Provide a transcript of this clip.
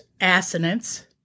assonance